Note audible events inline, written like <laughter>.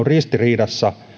<unintelligible> ristiriidassa